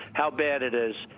how bad it is.